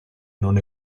non